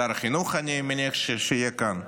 שר החינוך אני מניח שיהיה כאן.